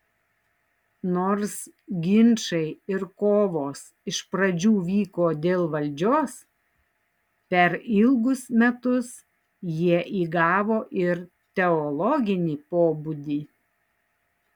nors ginčai ir kovos iš pradžių vyko dėl valdžios per ilgus metus jie įgavo ir teologinį pobūdį